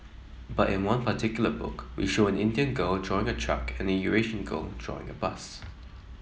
but in one particular book we show an Indian girl drawing a truck and Eurasian girl drawing a bus